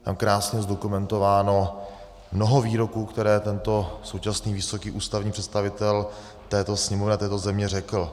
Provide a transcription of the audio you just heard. Tam je krásně zdokumentováno mnoho výroků, které tento současný vysoký ústavní představitel této Sněmovny a této země řekl.